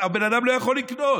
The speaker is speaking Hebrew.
הבן אדם לא יכול לקנות,